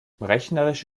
rechnerisch